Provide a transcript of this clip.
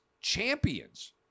champions